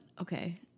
okay